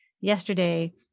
yesterday